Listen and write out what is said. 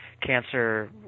Cancer